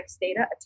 data